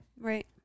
Right